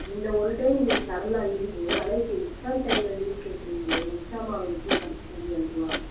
இந்த ஒரு டைம் நீங்கள் தரலாம் லீவு ஆனால் இப்போ எக்ஸாம் டைமில் லீவ் கேட்குறீங்களே எக்ஸாம் அவன் எப்படி படிச்சிவிட்டு வந்து எழுதுவான்